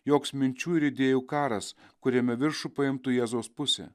joks minčių ir idėjų karas kuriame viršų paimtų jėzaus pusė